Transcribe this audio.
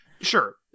Sure